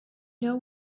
know